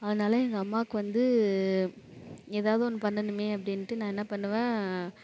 அதனால் எங்கள் அம்மாவுக்கு வந்து ஏதாவது ஒன்று பண்ணணுமே அப்படின்ட்டு நான் என்ன பண்ணுவேன்